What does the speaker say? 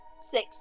Six